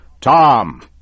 Tom